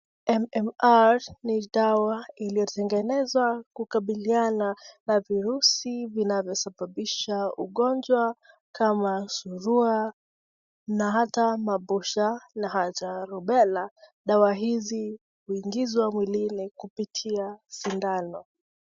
MMR ni dawa iliyotengenezwa kukabiliana na virusi vinavyosababisha ugonjwa kama surua na hata mabusha na hata rubela. Dawa hizi huingizwa mwilini kupitia sindano.